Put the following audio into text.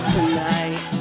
Tonight